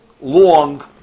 long